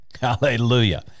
hallelujah